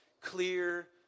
Clear